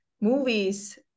movies